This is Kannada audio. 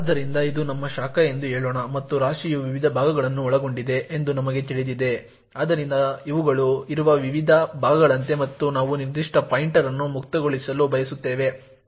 ಆದ್ದರಿಂದ ಇದು ನಮ್ಮ ಶಾಖ ಎಂದು ಹೇಳೋಣ ಮತ್ತು ರಾಶಿಯು ವಿವಿಧ ಭಾಗಗಳನ್ನು ಒಳಗೊಂಡಿದೆ ಎಂದು ನಮಗೆ ತಿಳಿದಿದೆ ಆದ್ದರಿಂದ ಇವುಗಳು ಇರುವ ವಿವಿಧ ಭಾಗಗಳಂತೆ ಮತ್ತು ನಾವು ನಿರ್ದಿಷ್ಟ ಪಾಯಿಂಟರ್ ಅನ್ನು ಮುಕ್ತಗೊಳಿಸಲು ಬಯಸುತ್ತೇವೆ ಎಂದು ಈಗ ಹೇಳೋಣ